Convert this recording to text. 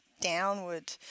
downward